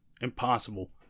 impossible